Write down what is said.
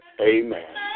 amen